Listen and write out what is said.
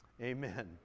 Amen